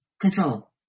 Control